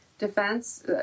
defense